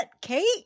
Kate